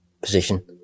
position